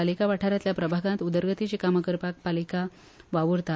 पालिका वाठारांतल्या प्रभागांत उदरगतीचीं कामां करपाक पालिका वावुरता